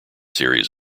series